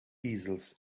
easels